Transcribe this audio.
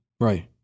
Right